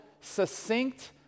succinct